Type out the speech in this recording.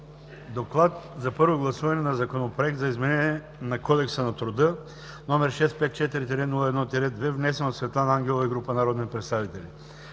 Подлагам на първо гласуване Законопроект за изменение на Кодекса на труда, № 654-01-2, внесен от Светлана Ангелова и група народни представители.